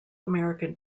american